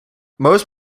most